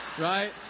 right